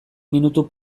minutu